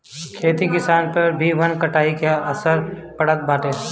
खेती किसानी पअ भी वन कटाई के असर पड़त बाटे